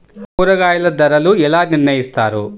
కూరగాయల ధరలు ఎలా నిర్ణయిస్తారు?